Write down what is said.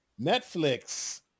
Netflix